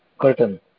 curtain